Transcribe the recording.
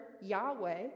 Yahweh